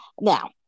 Now